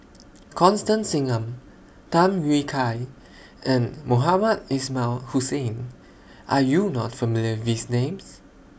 Constance Singam Tham Yui Kai and Mohamed Ismail Hussain Are YOU not familiar with Names